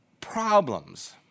problems